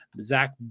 Zach